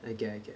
I get I get